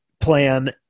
plan